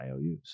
IOUs